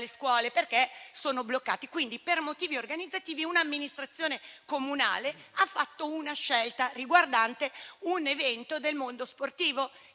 scuole, perché è bloccato. Quindi per motivi organizzativi, un'amministrazione comunale ha fatto una scelta riguardante un evento del mondo sportivo.